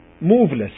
moveless